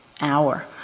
Hour